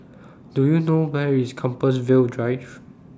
Do YOU know Where IS Compassvale Drive